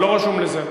אתה לא רשום לזה.